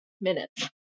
minutes